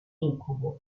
incubo